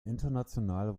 international